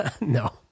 No